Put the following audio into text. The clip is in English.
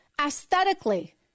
aesthetically